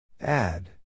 Add